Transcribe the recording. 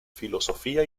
filosofía